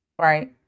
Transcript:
right